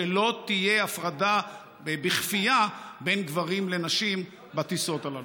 שלא תהיה הפרדה בכפייה בין גברים לנשים בטיסות הללו.